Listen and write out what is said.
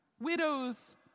Widows